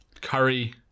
Curry